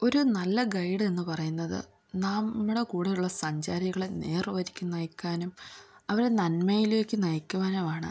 ഒരു നല്ല ഗൈഡ് എന്നു പറയുന്നത് നാം നമ്മുടെ കൂടെയുള്ള സഞ്ചാരികളെ നേർ വഴിക്ക് നയിക്കാനും അവരെ നന്മയിലേക്ക് നയിക്കുവാനുമാണ്